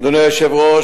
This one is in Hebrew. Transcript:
אדוני היושב-ראש,